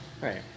Right